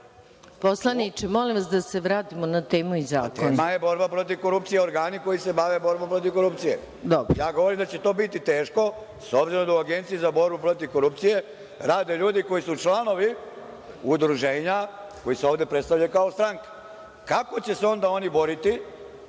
Poslaniče, molim vas da se vratimo na temu i zakon.